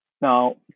Now